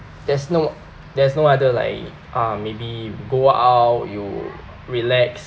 there's no there's no other like uh maybe you go out you relax